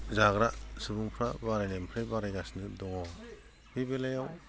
जाग्रा सुबुंफोरा बारायनायनिफ्राय बारायगासिनो दङ बे बेलायाव